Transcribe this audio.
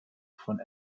von